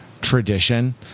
tradition